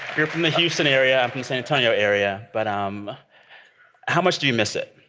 you're from the houston area. i'm from the san antonio area. but um how much do you miss it?